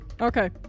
Okay